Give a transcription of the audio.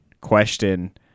question